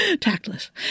tactless